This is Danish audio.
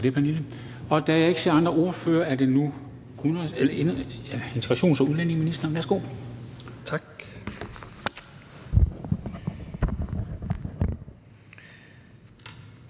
korte bemærkninger, og da jeg ikke ser andre ordførere, er det nu integrations- og udlændingeministeren. Værsgo. Kl.